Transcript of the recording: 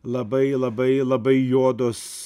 labai labai labai juodos